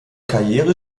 karriere